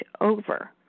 over